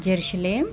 Jerusalem